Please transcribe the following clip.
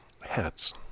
Hats